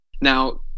Now